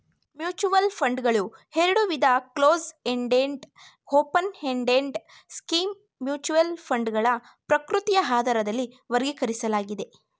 mutual ಫಂಡ್ಗಳು ಎರಡುವಿಧ close ended open ended scheme mutual ಫಂಡ್ಗಳ ಪ್ರಕೃತಿಯ ಆಧಾರದಲ್ಲಿ ವರ್ಗೀಕರಿಸಲಾಗಿದೆ